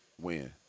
win